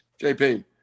JP